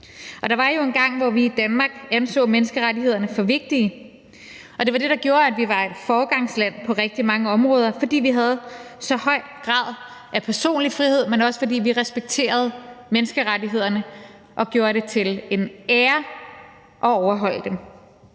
Der var jo engang, hvor vi i Danmark anså menneskerettighederne for vigtige, og det var det, der gjorde, at vi var et foregangsland på rigtig mange områder, altså at vi havde så høj en grad af personlig frihed, men også respekterede menneskerettighederne og satte en ære i at overholde dem.